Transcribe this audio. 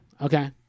Okay